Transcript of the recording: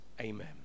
amen